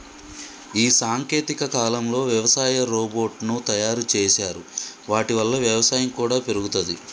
ఈ సాంకేతిక కాలంలో వ్యవసాయ రోబోట్ ను తయారు చేశారు వాటి వల్ల వ్యవసాయం కూడా పెరుగుతది